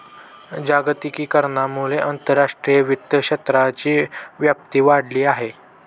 जागतिकीकरणामुळे आंतरराष्ट्रीय वित्त क्षेत्राची व्याप्ती वाढली आहे